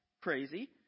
crazy